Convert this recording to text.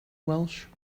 welsh